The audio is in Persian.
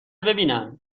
ببینم